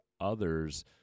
others